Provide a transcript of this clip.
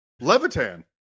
Levitan